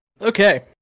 Okay